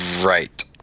right